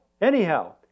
Anyhow